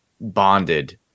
bonded